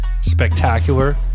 spectacular